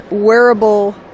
wearable